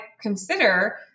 consider